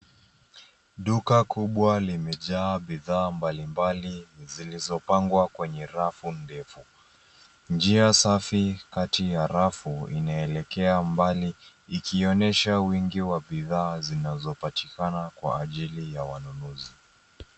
Duka kubwa limejaa bidhaa mbalimbali zilizopangwa kwenye rafu ndefu. Njia safi kati ya rafu inaelekea mbali ikionyesha wingi wa bidhaa zinazopatikana kwa ajili ya wanunuzi.